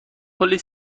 کلی